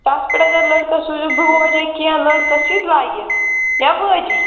تَتھ پٮ۪ٹھ اگر لٔڑکَس سوٗزِو برٛوٗچ یا کیٚنٛہہ لٔڑکَس ییٚتہِ لَگہِ یا وٲجی